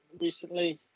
recently